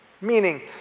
Meaning